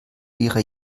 ihre